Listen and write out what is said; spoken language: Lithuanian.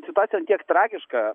situacija ant tiek tragiška